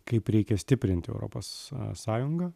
kaip reikia stiprinti europos sąjungą